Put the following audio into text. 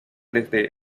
desde